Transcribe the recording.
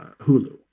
Hulu